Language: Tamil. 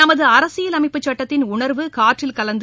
நமது அரசியல் அமைப்பு சட்டத்தின் உணர்வு காற்றில் கலந்து